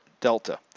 delta